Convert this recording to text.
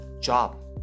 job